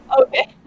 Okay